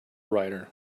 rider